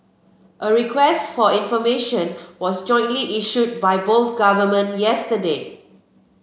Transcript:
a request for information was jointly issued by both government yesterday